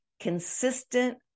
Consistent